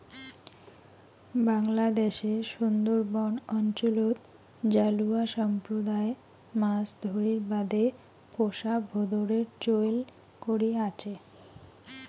বাংলাদ্যাশের সুন্দরবন অঞ্চলত জালুয়া সম্প্রদায় মাছ ধরির বাদে পোষা ভোঁদরের চৈল করি আচে